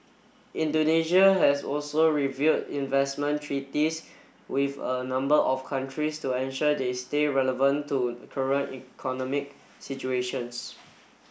Indonesia has also review investment treaties with a number of countries to ensure they stay relevant to current economic situations